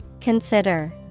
Consider